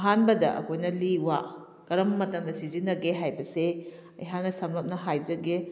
ꯑꯍꯥꯟꯕꯗ ꯑꯩꯈꯣꯏꯅ ꯂꯤ ꯋꯥ ꯀꯔꯝꯕ ꯃꯇꯝꯗ ꯁꯤꯖꯤꯟꯅꯒꯦ ꯍꯥꯏꯕꯁꯦ ꯑꯩꯍꯥꯛꯅ ꯁꯝꯂꯞꯅ ꯍꯥꯏꯖꯒꯦ